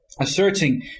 asserting